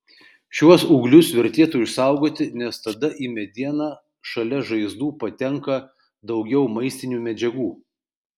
šiuos ūglius vertėtų išsaugoti nes tada į medieną šalia žaizdų patenka daugiau maistinių medžiagų